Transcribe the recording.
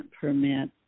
permit